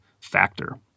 factor